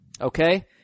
Okay